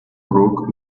ruc